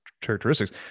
characteristics